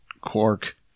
quark